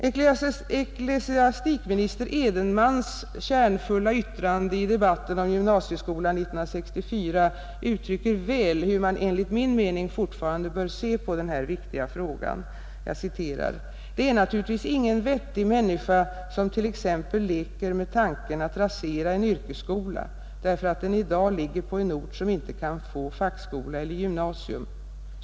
Ecklesiastikminister Edenmans kärnfulla yttrande i debatten om gymnasieskolan 1964 uttrycker väl hur man enligt min mening fortfarande bör se på den här viktiga frågan: ”Det är naturligtvis ingen vettig människa som t.ex. leker med tanken att rasera en yrkesskola därför att den i dag ligger på en ort som inte kan få fackskola eller gymnasium.